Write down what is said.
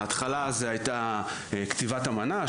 ההתחלה הייתה כתיבת אמנה,